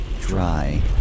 dry